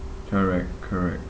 correct correct